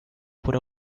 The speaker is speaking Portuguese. por